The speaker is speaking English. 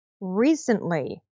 recently